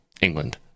England